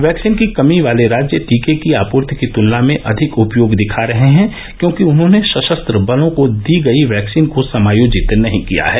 vaccine की कमी वाले राज्य टीके की आपूर्ति की तुलना में अधिक उपयोग दिखा रहे हैं क्योंकि उन्होंने सशस्त्र बलों को दी गई वैक्सीन को समायोजित नहीं किया है